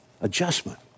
Adjustment